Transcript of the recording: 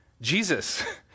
Jesus